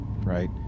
right